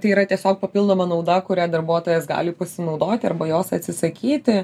tai yra tiesiog papildoma nauda kurią darbuotojas gali pasinaudoti arba jos atsisakyti